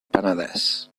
penedès